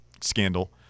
scandal